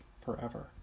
forever